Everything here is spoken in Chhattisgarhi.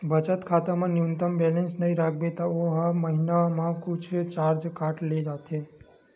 बचत खाता म न्यूनतम बेलेंस नइ राखबे त ओ महिना म कुछ चारज काट ले जाथे